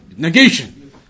Negation